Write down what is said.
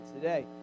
today